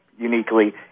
uniquely